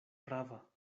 prava